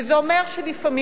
וזה אומר שלפעמים,